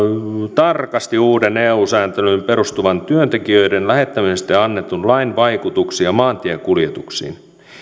tarkasti uuden eu sääntelyyn perustuvan työntekijöiden lähettämisestä annetun lain vaikutuksia maantiekuljetuksiin